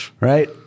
Right